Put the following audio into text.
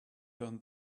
turn